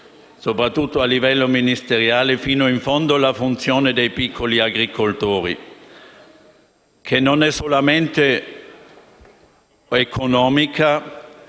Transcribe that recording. soprattutto a livello ministeriale, la funzione dei piccoli agricoltori, che non è solamente economica,